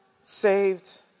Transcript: saved